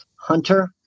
hunter